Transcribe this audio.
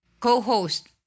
co-host